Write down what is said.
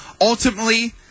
Ultimately